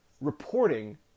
reporting